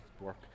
work